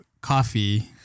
coffee